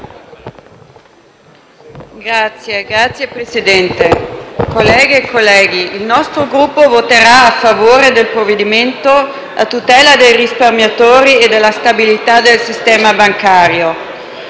Signor Presidente, colleghe e colleghi, il nostro Gruppo voterà a favore del provvedimento a tutela dei risparmiatori e della stabilità del sistema bancario.